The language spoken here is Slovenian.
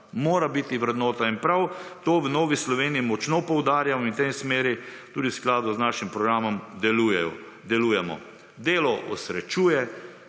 Mora biti vrednota. In prav to v Novi Sloveniji močno poudarjamo, in v tej smeri, tudi v skladu z našim programom, delujemo. Delo osrečuje,